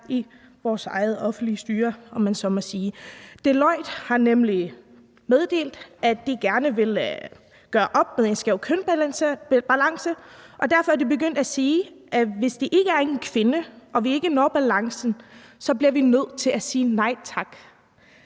vores eget offentlige styre, om man så må sige. Deloitte har nemlig meddelt, at de gerne vil gøre op med den skæve kønsbalance, og derfor er de begyndt at sige: Hvis det ikke er en kvinde og vi ikke når balancen, så bliver vi nødt til at sige nej tak.